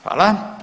Hvala.